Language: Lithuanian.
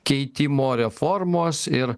keitimo reformos ir